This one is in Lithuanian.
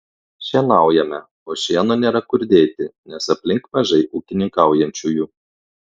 šienaujame o šieno nėra kur dėti nes aplink mažai ūkininkaujančiųjų